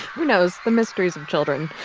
who knows? the mysteries of children.